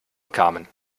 kamen